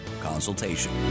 consultation